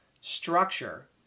structure